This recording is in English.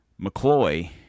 McCloy